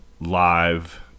live